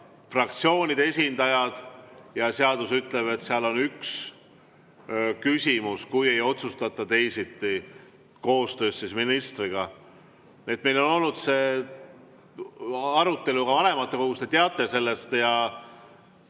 fraktsioonide esindajad. Ja seadus ütleb, et seal on üks küsimus, kui ei otsustata teisiti koostöös ministriga. Meil on olnud see arutelu ka vanematekogus. Te teate seda.